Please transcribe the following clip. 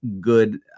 good